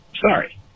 sorry